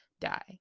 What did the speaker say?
die